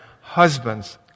Husbands